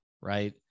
right